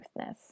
truthness